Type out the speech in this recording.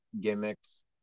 gimmicks